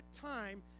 time